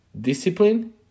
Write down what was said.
Discipline